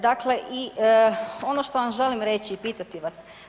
Dakle i ono što vam želim reći i pitati vas.